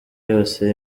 yose